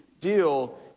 deal